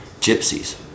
gypsies